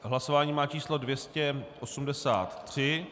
Hlasování má číslo 283.